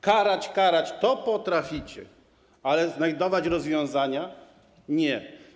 Karać, karać - to potraficie, ale znajdować rozwiązania - nie.